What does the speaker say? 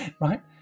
right